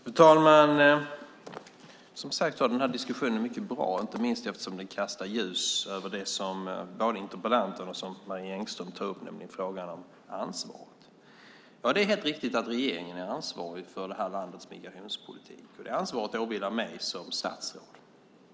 Fru talman! Som sagt var är den här diskussionen mycket bra, inte minst eftersom den kastar ljus över det som både interpellanten och Marie Engström tar upp, nämligen ansvaret. Det är helt riktigt att regeringen är ansvarig för landets migrationspolitik. Det ansvaret åvilar mig som statsråd.